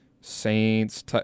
Saints